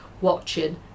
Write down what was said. watching